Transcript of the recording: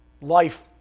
life